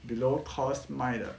below cost 卖的